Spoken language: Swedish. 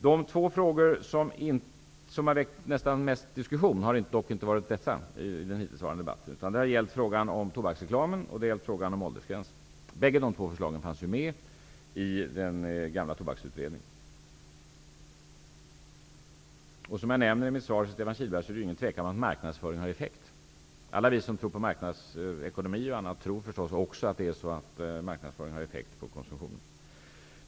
De två frågor som väl väckt mest diskussion i debatten hittills är dock inte dessa nämnda, utan det är frågan om tobaksreklamen och frågan om åldersgränser. Båda dessa förslag fanns med i den gamla tobaksutredningen. Som jag nämner i mitt svar till Stefan Kihlberg råder det inget tvivel om att marknadsföringen har effekt. Alla vi som tror på t.ex. marknadsekonomin tror att marknadsföringen har effekt på konsumtionen.